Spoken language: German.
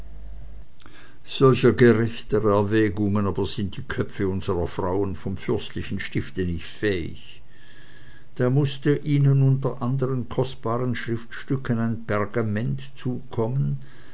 gerechten erwägungen aber sind die köpfe unserer frauen vom fürstlichen stifte nicht fähig da mußte ihnen unter andern kostbaren schriftstücken ein pergament zukommen